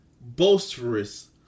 boisterous